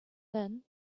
then